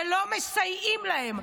ולא מסייעים להם.